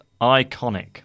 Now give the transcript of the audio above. iconic